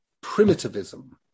primitivism